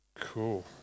Cool